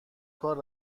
کار